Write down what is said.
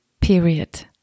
period